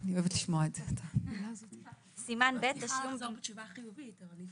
אני מברכת כמובן על החלטת שר האוצר